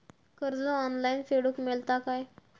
कर्ज ऑनलाइन फेडूक मेलता काय?